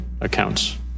accounts